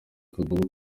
kaguru